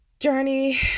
journey